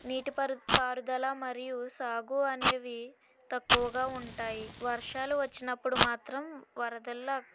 నీటి పరు పారుదల మరియు సాగు అనేవి తక్కువగా ఉంటాయి వర్షాలు వచ్చినప్పుడు మాత్రం వరదల